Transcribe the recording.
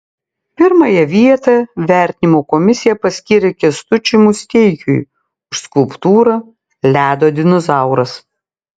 pirmąją vietą vertinimo komisija paskyrė kęstučiui musteikiui už skulptūrą ledo dinozauras